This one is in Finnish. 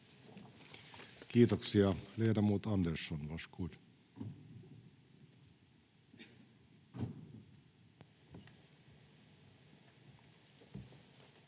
Kiitoksia. — Ledamot Andersson, varsågod.